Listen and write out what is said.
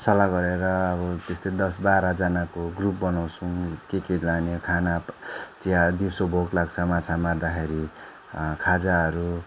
सल्लाह गरेर अब त्यस्तै दस बाह्रजनाको ग्रुप बनाउछौँ के के लाने खाना चिया दिउँसो भोक लाग्छ माछा मार्दाखेरि खाजाहरू